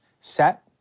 set